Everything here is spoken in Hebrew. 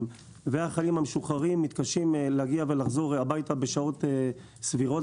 והחיילים המשוחררים מתקשים להגיע ולחזור הביתה בשעות סבירות,